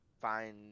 find